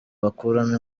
bakuramo